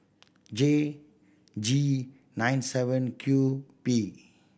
J G nine seven Q P